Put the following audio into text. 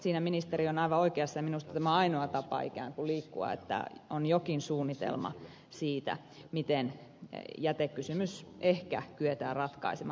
siinä ministeri on aivan oikeassa ja minusta tämä on ainoa tapa ikään kuin liikkua että on jokin suunnitelma siitä miten jätekysymys ehkä kyetään ratkaisemaan